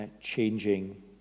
changing